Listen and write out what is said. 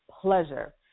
pleasure